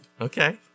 Okay